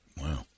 Wow